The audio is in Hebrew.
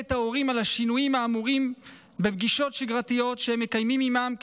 את ההורים על השינויים האמורים בפגישות שגרתיות שהם מקיימים עימם,